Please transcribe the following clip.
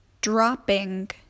Dropping